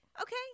Okay